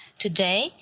today